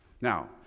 Now